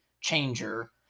changer